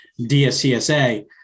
dscsa